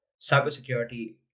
cybersecurity